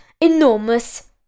enormous